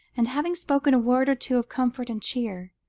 and, having spoken a word or two of comfort and cheer,